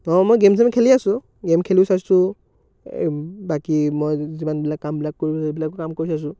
অ' মই গে'ম চেম খেলি আছোঁ গে'ম খেলি চাইছোঁ বাকী মই যিমানবিলাক কামবিলাক ক সেইবিলাক কৰি আছোঁ